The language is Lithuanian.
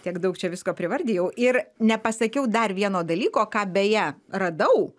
tiek daug čia visko privardijau ir nepasakiau dar vieno dalyko ką beje radau